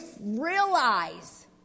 realize